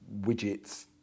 widgets